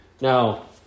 Now